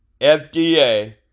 FDA